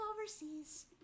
overseas